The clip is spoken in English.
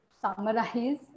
summarize